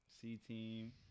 C-Team